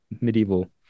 medieval